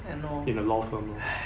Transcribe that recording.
!hannor!